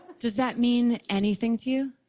does that mean anything to you?